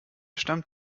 stammt